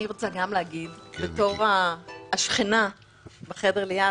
אני רוצה גם להגיד - בתור השכנה בחדר ליד